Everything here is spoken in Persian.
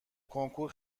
کنکور